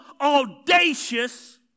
audacious